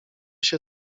się